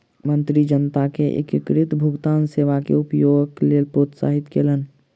मंत्री जनता के एकीकृत भुगतान सेवा के उपयोगक लेल प्रोत्साहित कयलैन